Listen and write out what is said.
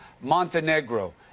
Montenegro